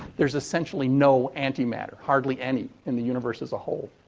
there's essentially no anti-matter. hardly any, in the universe as a whole.